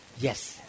Yes